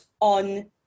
on